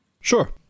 Sure